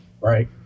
Right